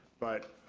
but